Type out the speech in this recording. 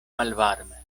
malvarme